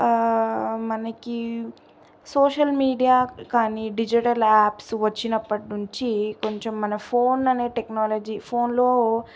మనకి social media కానీ digital apps వచ్చినప్పటి నుంచి కొంచెం మన ఫోన్ అనే టెక్నాలజీ ఫోన్లో